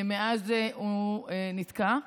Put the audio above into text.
מאז הוא נתקע.